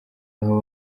aho